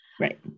Right